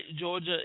Georgia